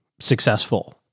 successful